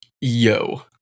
Yo